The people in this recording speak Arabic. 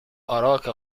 أراك